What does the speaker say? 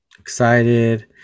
Excited